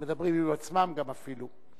הם מדברים עם עצמם גם, אפילו.